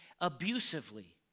abusively